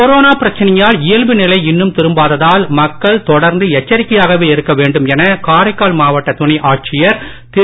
corona பிரச்சனையில் இயல்பு நிலை இன்னும் திரும்பாததால் மக்கள் தொடர்ந்து எச்சரிக்கையாகவே இருக்க வேண்டும் என காரைக்கால் மாவட்ட துணை ஆட்சியர் திரு